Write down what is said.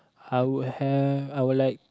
I would have I would like